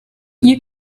you